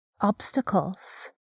obstacles